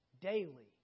Daily